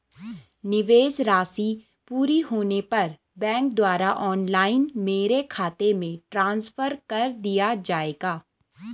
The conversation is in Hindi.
निवेश राशि पूरी होने पर बैंक द्वारा ऑनलाइन मेरे खाते में ट्रांसफर कर दिया जाएगा?